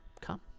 come